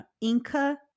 Inca